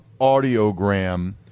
Audiogram